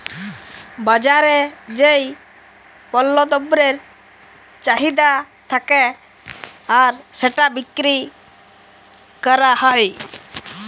বাজারে যেই পল্য দ্রব্যের চাহিদা থাক্যে আর সেটা বিক্রি ক্যরা হ্যয়